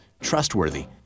trustworthy